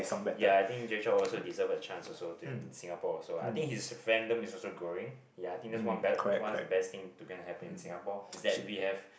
ya I think Jay-Chou also deserves a chance also to in Singapore also I think his fandom is also growing ya I think that's one bes~ the best thing to go and happen in Singapore is that we have